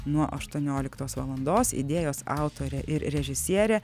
nuo aštuonioliktos valandos idėjos autorė ir režisierė